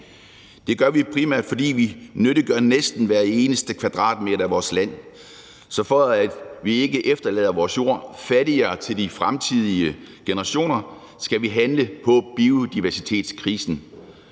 Det gør vi, primært fordi vi nyttiggør næsten hver eneste kvadratmeter af vores land. Så for at vi ikke efterlader vores jord fattigere til de fremtidige generationer, skal vi handle på biodiversitetskrisen.